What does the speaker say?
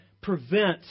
prevent